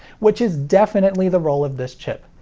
which is definitely the role of this chip.